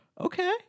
Okay